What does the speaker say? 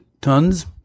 tons